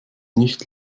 nicht